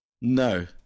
No